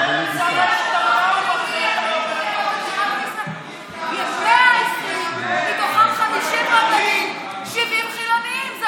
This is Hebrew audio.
יש 120, מתוכם 50 רבנים, 70 חילונים.